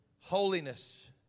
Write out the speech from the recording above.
Holiness